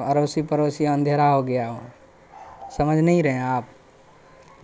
اروسی پڑوسی اندھیرا ہو گیا سمجھ نہیں رہے ہیں آپ